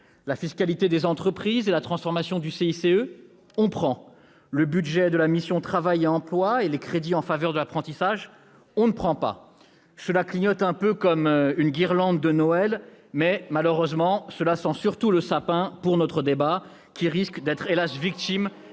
La fiscalité des entreprises et la transformation du CICE ? On prend. Le budget de la mission « Travail et emploi » et les crédits en faveur de l'apprentissage ? On ne prend pas. Cela clignote comme une guirlande de Noël, maiscela sent surtout le sapin pour notre débat qui risque hélas ! d'être victime